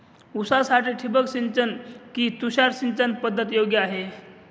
ऊसासाठी ठिबक सिंचन कि तुषार सिंचन पद्धत योग्य आहे?